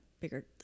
bigger